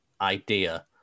idea